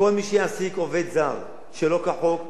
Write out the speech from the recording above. כל מי שיעסיק עובד זר שלא כחוק,